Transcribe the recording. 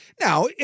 Now